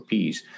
Peace